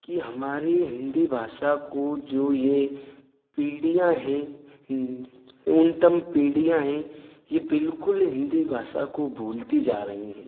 कि हमारी हिन्दी भाषा को जो ये पीढ़ियाँ हैं उन्नतम पीढ़ियाँ हैं ये बिल्कुल हिन्दी भाषा को भूलती जा रही है